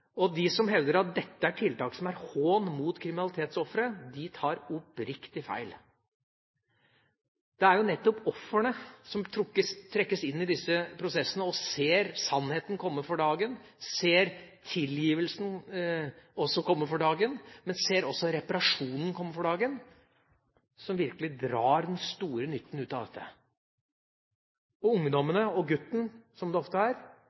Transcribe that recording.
tiltak som er en hån mot kriminalitetsofre, tar oppriktig talt feil. Det er jo nettopp ofrene som trekkes inn i disse prosessene og ser sannheten komme for dagen, ser også tilgivelsen komme for dagen, men også ser reparasjonen komme for dagen, som virkelig drar den store nytten av dette. Ungdommene – og gutten, som det ofte er